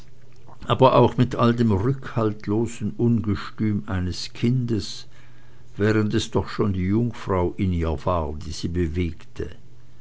aber auch mit all dem rückhaltlosen ungestüm eines kindes während es doch schon die jungfrau in ihr war die sie bewegte